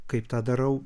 kaip tą darau